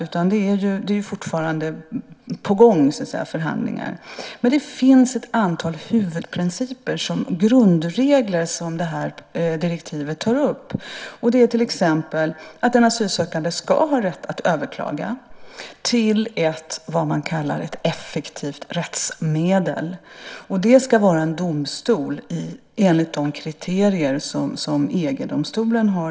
Förhandlingar pågår fortfarande. Det finns dock ett antal huvudprinciper, grundregler, som direktivet tar upp. Till exempel ska en asylsökande ha rätt att överklaga till ett, som man säger, effektivt rättsmedel. Enligt de kriterier som EG-domstolen lagt fast ska det vara en domstol.